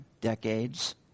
decades